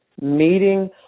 meeting